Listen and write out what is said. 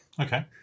Okay